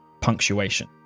punctuation